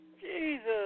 Jesus